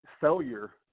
failure